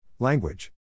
Language